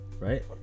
right